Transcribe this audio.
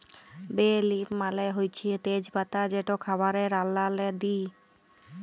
বে লিফ মালে হছে তেজ পাতা যেট খাবারে রাল্লাল্লে দিই